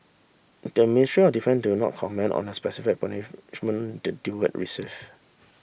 the Ministry of Defence did not comment on the specific punishment the duo received